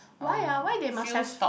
why ah why they must have